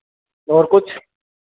और कुछ